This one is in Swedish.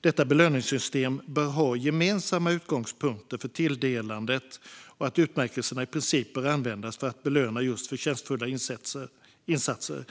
detta belöningssystem ska ha gemensamma utgångspunkter för tilldelandet och att utmärkelserna i princip ska användas för att belöna just förtjänstfulla insatser.